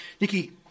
Nikki